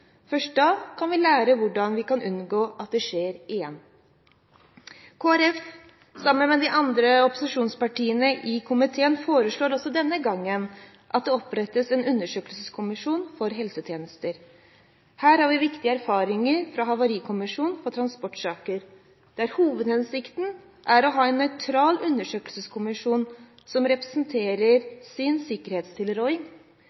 Først da kan vi lære hvordan vi kan unngå at det skjer igjen. Kristelig Folkeparti foreslår sammen med de andre opposisjonspartiene i komiteen også denne gangen at det opprettes en undersøkelseskommisjon for helsetjenester. Her har vi viktige erfaringer fra havarikommisjonen for transportsaker, der hovedhensikten er å ha en nøytral undersøkelseskommisjon som